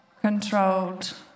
controlled